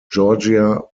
georgia